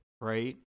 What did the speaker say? Right